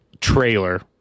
trailer